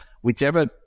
whichever